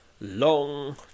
Long